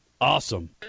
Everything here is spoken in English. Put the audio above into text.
Awesome